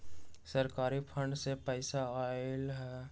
सरकारी फंड से पईसा आयल ह?